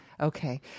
Okay